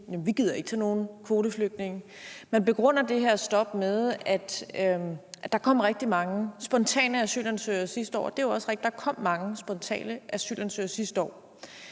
Vi gider ikke tage nogen kvoteflygtninge. Man begrunder det her stop med, at der kom rigtig mange spontane asylansøgere sidste år, og det er jo også rigtigt, at der kom mange spontane asylansøgere sidste år.